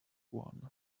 won